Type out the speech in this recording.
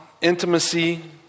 intimacy